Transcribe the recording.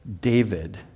David